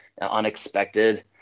unexpected